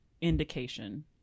indication